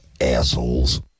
assholes